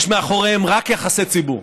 יש מאחוריהן רק יחסי ציבור.